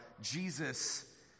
Jesus